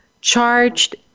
charged